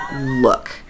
look